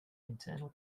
internal